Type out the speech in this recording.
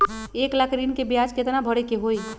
एक लाख ऋन के ब्याज केतना भरे के होई?